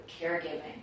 caregiving